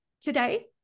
Today